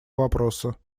вопроса